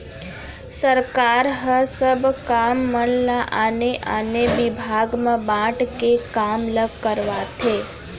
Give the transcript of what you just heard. सरकार ह सब काम मन ल आने आने बिभाग म बांट के काम ल करवाथे